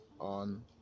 on